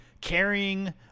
carrying